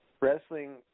Wrestling